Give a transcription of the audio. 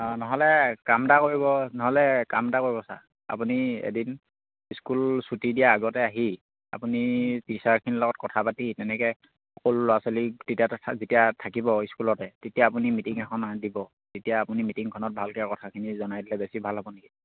অঁ নহ'লে কাম এটা কৰিব নহ'লে কাম এটা কৰিব ছাৰ আপুনি এদিন স্কুল ছুটী দিয়া আগতে আহি আপুনি টিচাৰখিনিৰ লগত কথা পাতি তেনেকে সকলো ল'ৰা ছোৱালীক তেতিয়া যেতিয়া থাকিব স্কুলতে তেতিয়া আপুনি মিটিং এখন দিব তেতিয়া আপুনি মিটিংখনত ভালক কথাখিনি জনাই দিলে বেছি ভাল হ'ব নেকি